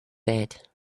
bed